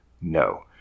No